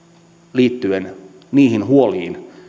liittyen niihin huoliin